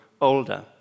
older